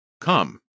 Come